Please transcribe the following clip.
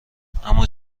اما